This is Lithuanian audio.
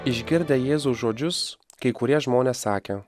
išgirdę jėzaus žodžius kai kurie žmonės sakė